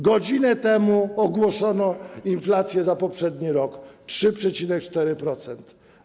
Godzinę temu ogłoszono inflację za poprzedni rok: 3,4%.